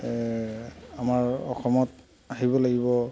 এই আমাৰ অসমত আহিব লাগিব